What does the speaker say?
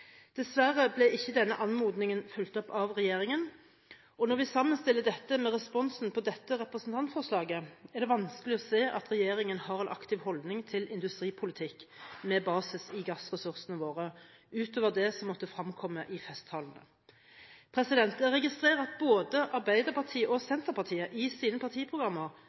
Dessverre ble ikke denne anmodningen fulgt opp av regjeringen, og når vi sammenstiller dette med responsen på dette representantforslaget, er det vanskelig å se at regjeringen har en aktiv holdning til industripolitikk med basis i gassressursene våre – utover det som måtte fremkomme i festtalene. Jeg registrerer at både Arbeiderpartiet og Senterpartiet i sine partiprogrammer